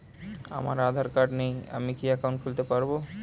আমার আধার কার্ড নেই আমি কি একাউন্ট খুলতে পারব?